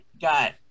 got